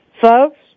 Folks